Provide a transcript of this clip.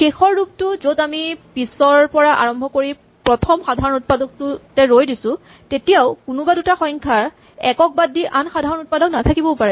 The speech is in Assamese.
শেষৰ ৰূপটো য'ত আমি পিছৰ পৰা আৰম্ভ কৰি প্ৰথম সাধাৰণ উৎপাদকটোতে ৰৈ দিছো তেতিয়াও কোনোবা দুটা সংখ্যাৰ ১ ক বাদ দি আন সাধাৰণ উৎপাদক নাথাকিবও পাৰে